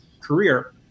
career